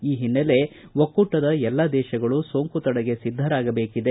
ಈ ಹಿನ್ನೆಲೆ ಒಕ್ಕೂಟದ ಎಲ್ಲ ದೇಶಗಳು ಸೋಂಕು ತಡೆಗೆ ಸಿದ್ದರಾಗಬೇಕಾಗಿದೆ